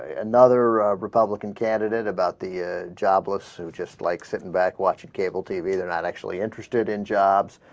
ah another are republican candidate about the ah. jobless is just like sitting back watching cable t v that and that actually interested in jobs